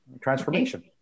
transformation